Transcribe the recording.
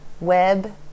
Web